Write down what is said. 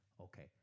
Okay